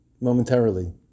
momentarily